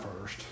first